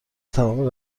توان